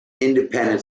independent